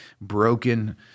broken